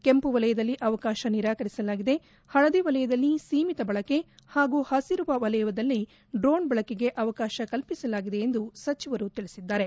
ಕೆಂಪು ವಲಯದಲ್ಲಿ ಅವಕಾಶ ನಿರಾಕರಿಸಲಾಗಿದೆ ಹಳದಿ ವಲಯದಲ್ಲಿ ಸೀಮಿತ ಬಳಕೆ ಹಾಗೂ ಹಸಿರುವ ವಲಯದಲ್ಲಿ ಡ್ರೋನ್ ಬಳಕೆಗೆ ಅವಕಾಶ ಕಲ್ಪಿಸಲಾಗಿದೆ ಎಂದು ಸಚಿವರು ತಿಳಿಸಿದ್ದಾರೆ